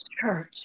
church